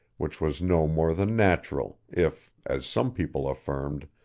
which was no more than natural, if, as some people affirmed,